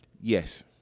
Yes